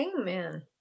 Amen